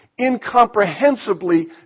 incomprehensibly